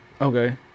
Okay